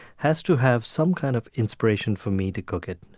has to have some kind of inspiration for me to cook it.